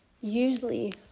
usually